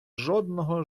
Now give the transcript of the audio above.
жодного